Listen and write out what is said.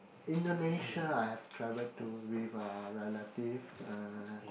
Indonesia I have travelled to with a relative uh